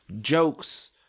Jokes